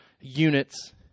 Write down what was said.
units